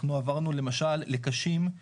אנחנו עברנו למשל לקשים רב פעמיים.